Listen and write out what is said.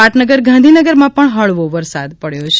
પાટનગર ગાંધીનગરમાં પણ હળવો વરસાદ પડ્યો છે